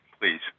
please